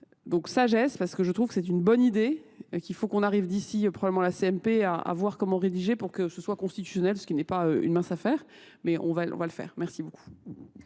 Donc sagesse, parce que je trouve que c'est une bonne idée, qu'il faut qu'on arrive d'ici, probablement la CMP, à voir comment rédiger pour que ce soit constitutionnel, ce qui n'est pas une mince affaire, mais on va le faire. Merci beaucoup.